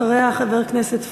אחריה, חבר הכנסת פריג',